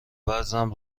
وزنم